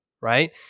right